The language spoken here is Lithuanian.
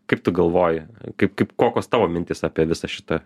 kaip tu galvoji kaip kaip kokios tavo mintys apie visą šitą